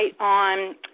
on